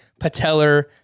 patellar